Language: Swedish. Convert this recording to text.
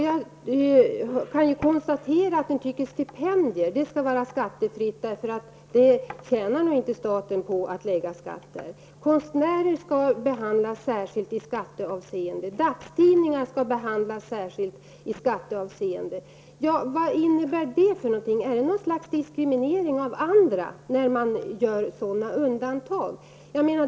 Jag konstaterar att ni anser att stipendier skall vara skattefria, eftersom staten inte tjänar någonting på att beskatta sådana. Konstnärer liksom dagstidningar skall behandlas särskilt i skatteavseende. Vad innebär detta? Är dessa undantag något slags diskriminering av annat?